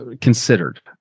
considered